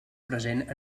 present